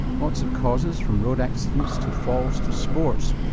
lots of causes from road accidents to falls to sports.